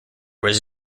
was